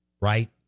right